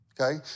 Okay